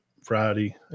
Friday